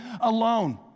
alone